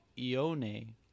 Ione